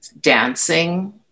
dancing